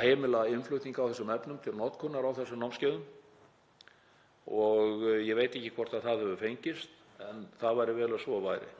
heimila innflutning á þessum efnum til notkunar á þessum námskeiðum. Ég veit ekki hvort það hefur fengist en það væri vel ef svo væri.